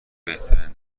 بهترین